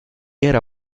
era